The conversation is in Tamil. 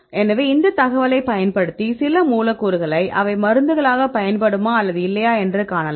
எனவே இந்த தகவலைப் பயன்படுத்தி சில மூலக்கூறுகளைக் அவை மருந்துகளாக பயன்படுமா அல்லது இல்லையா என்று காணலாம்